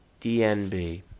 DNB